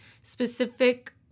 specific